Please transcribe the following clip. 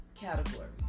categories